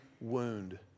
wound